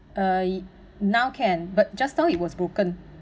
uh now can but just now it was broken